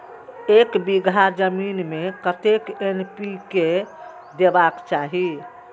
एक बिघा जमीन में कतेक एन.पी.के देबाक चाही?